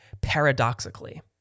paradoxically